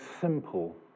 simple